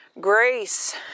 Grace